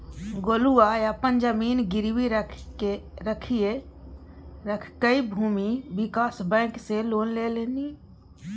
गोलुआ अपन जमीन गिरवी राखिकए भूमि विकास बैंक सँ लोन लेलनि